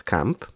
Camp